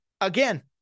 Again